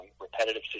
repetitive